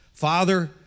Father